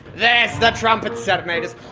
yeah the trumpet serenaders